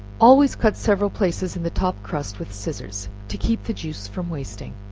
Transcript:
always cut several places in the top crust with scissors, to keep the juice from wasting.